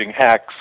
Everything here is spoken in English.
hacks